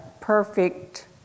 perfect